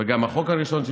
וגם החוק הראשון שהתקבל,